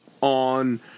on